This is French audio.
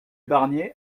barnier